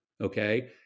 okay